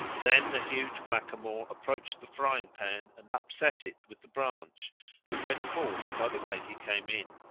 then the huge blackamoor approached the frying pan and upset it with the branch and went forth by the way he came in.